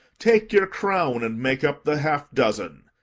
take your crown, and make up the half dozen.